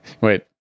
wait